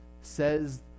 says